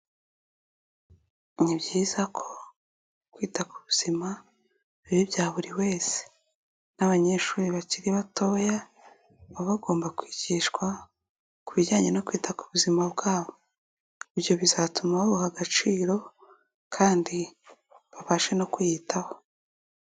Ni byiza ko kwita ku buzima biba ibya buri wese n'abanyeshuri bakiri batoya baba bagomba kwigishwa ku bijyanye no kwita ku buzima bwabo. Ibyo bizatuma babuha agaciro kandi babashe no kwiyitaho.